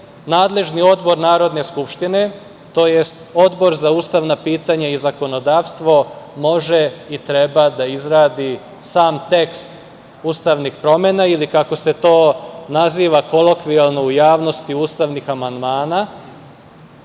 nadležni odbor Narodne skupštine, tj. Odbor za ustavna pitanja i zakonodavstvo može i treba da izradi sam tekst ustavnih promena ili kako se to naziva kolokvijalno u javnosti ustavnih amandmana